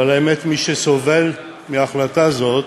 אבל האמת, מי שסובל מההחלטה הזאת,